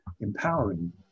empowering